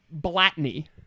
blatney